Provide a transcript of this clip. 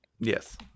Yes